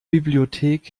bibliothek